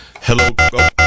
Hello